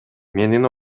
менин